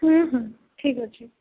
ଠିକ୍ ଅଛି